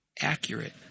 accurate